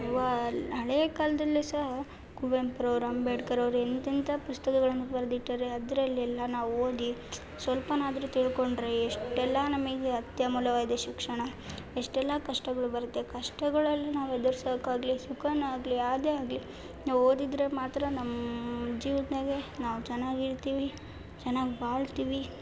ವ ಹಳೆ ಕಾಲದಲ್ಲು ಸಹ ಕುವೆಂಪುರವ್ರು ಅಂಬೇಡ್ಕರವ್ರು ಎಂತೆಂಥ ಪುಸ್ತಕಗಳನ್ನು ಬರೆದಿಟ್ಟಾರೆ ಅದರಲ್ಲೆಲ್ಲ ನಾವು ಓದಿ ಸ್ವಲ್ಪನಾದರು ತಿಳಕೊಂಡ್ರೆ ಎಷ್ಟೆಲ್ಲ ನಮಗೆ ಅತ್ಯಮೂಲ್ಯವಾದ ಶಿಕ್ಷಣ ಎಷ್ಟೆಲ್ಲ ಕಷ್ಟಗಳು ಬರುತ್ತೆ ಕಷ್ಟಗಳನ್ನು ನಾವು ಎದುರಿಸೋಕಾಗ್ಲಿ ಸುಖನಾಗಲಿ ಯಾವುದೇ ಆಗಲಿ ನಾವು ಓದಿದರೆ ಮಾತ್ರ ನಮ್ಮ ಜೀವನದಾಗೆ ನಾವು ಚೆನ್ನಾಗಿರ್ತೀವಿ ಚೆನ್ನಾಗಿ ಬಾಳ್ತೀವಿ